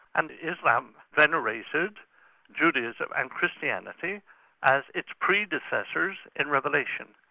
and islam venerated judaism and christianity as its predecessors in revelation.